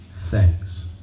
thanks